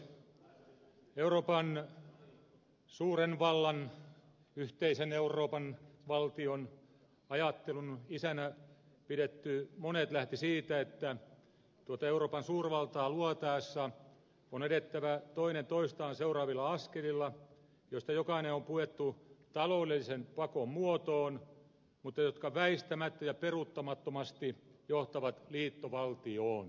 euroopan suuren vallan yhteisen euroopan valtion ajattelun isänä pidetty monet lähti siitä että tuota euroopan suurvaltaa luotaessa on edettävä toinen toistaan seuraavilla askelilla joista jokainen on puettu taloudellisen pakon muotoon mutta jotka väistämättä ja peruuttamattomasti johtavat liittovaltioon